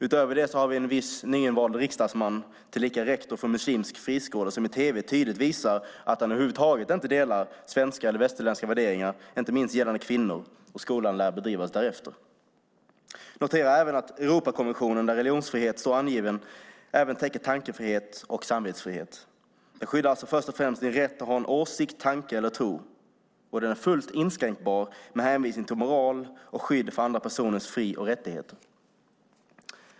Utöver det har vi en viss nyinvald riksdagsman, tillika rektor för en muslimsk friskola, som i tv tydligt visar att han över huvud taget inte delar svenska eller västerländska värderingar, inte minst gällande kvinnor, och skolan lär bedrivas därefter. Notera även att Europakonventionen, där religionsfriheten står angiven, även täcker tankefrihet och samvetsfrihet. Den skyddar alltså först och främst din rätt att ha en åsikt, tanke eller tro, och den är fullt inskränkbar med hänvisning till moral och skydd för andra personers fri och rättigheter.